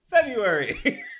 February